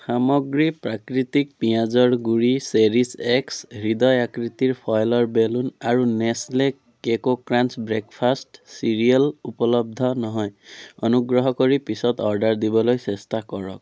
সামগ্ৰী প্ৰাকৃতিক পিঁয়াজৰ গুড়ি চেৰিছ এক্স হৃদয় আকৃতিৰ ফ'য়েলৰ বেলুন আৰু Nestle Koko Krunch breakfast cereal উপলব্ধ নহয় অনুগ্ৰহ কৰি পিছত অৰ্ডাৰ দিবলৈ চেষ্টা কৰক